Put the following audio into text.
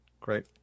Great